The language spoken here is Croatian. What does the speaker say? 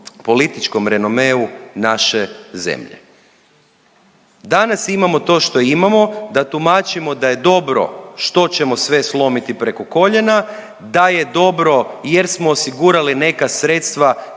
političkom renomeu naše zemlje. Danas imamo to što imamo, da tumačimo da je dobro što ćemo sve slomiti preko koljena, da je dobro jer smo osigurali neka sredstva